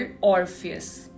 orpheus